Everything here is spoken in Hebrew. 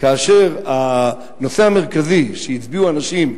כאשר הנושא המרכזי שהצביעו עליו האנשים,